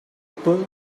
pull